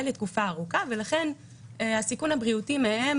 לתקופה ארוכה ולכן הסיכון הבריאותי מהם,